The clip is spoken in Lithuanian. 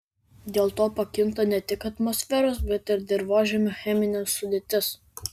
dėl to pakinta ne tik atmosferos bet ir dirvožemio cheminė sudėtis